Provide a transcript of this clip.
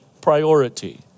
priority